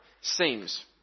seems